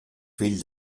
fill